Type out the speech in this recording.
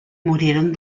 murieron